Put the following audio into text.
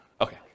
Okay